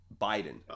Biden